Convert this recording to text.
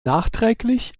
nachträglich